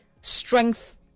strength